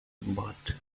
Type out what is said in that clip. but